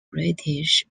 british